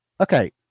Okay